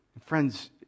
Friends